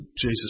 Jesus